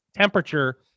temperature